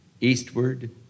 Eastward